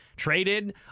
Traded